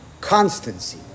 constancy